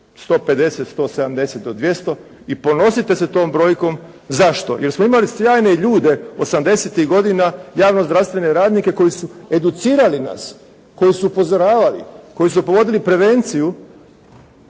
150, 170 od 200 i ponosite se tom brojkom. Zašto? Jer smo imali sjajne ljude osamdesetih godina, javno zdravstvene radnike koji su educirali nas. Koji su upozoravali. Koji su provodili prevenciju,